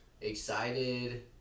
excited